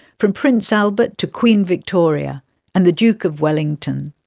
from prince albert to queen victoria and the duke of wellington.